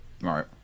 Right